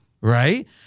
Right